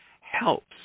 helps